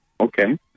Okay